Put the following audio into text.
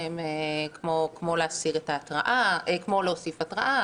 כמו להוסיף התרעה,